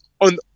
on